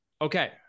okay